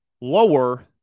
lower